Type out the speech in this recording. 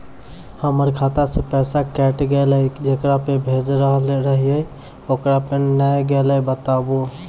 हमर खाता से पैसा कैट गेल जेकरा पे भेज रहल रहियै ओकरा पे नैय गेलै बताबू?